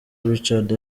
richard